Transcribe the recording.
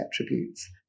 attributes